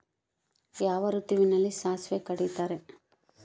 ಯಾವ ಋತುವಿನಲ್ಲಿ ಸಾಸಿವೆ ಕಡಿತಾರೆ?